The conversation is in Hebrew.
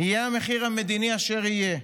יהיה המחיר המדיני אשר יהיה.